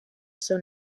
són